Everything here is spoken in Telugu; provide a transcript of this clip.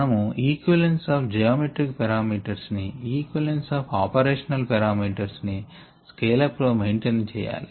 మనము ఈక్వివలెన్స్ ఆఫ్ జియోమెట్రిక్ పారామీటర్స్ ని ఈక్వివలెన్స్ ఆఫ్ ఆపరేషనల్ పారామీటర్స్ ని స్కేల్ అప్ లో మెయింటైన్ చేయాలి